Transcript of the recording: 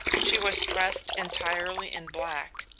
she was dressed entirely in black,